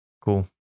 cool